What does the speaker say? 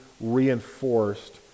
reinforced